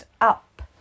up